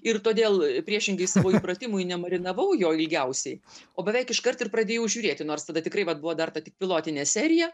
ir todėl priešingai savo įpratimui nemarinavau jo ilgiausiai o beveik iškart ir pradėjau žiūrėti nors tada tikrai vat buvo dar ta tik pilotinė serija